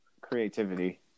creativity